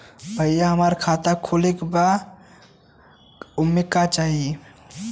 भईया हमार खाता खोले के बा ओमे का चाही?